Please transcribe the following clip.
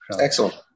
Excellent